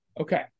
Okay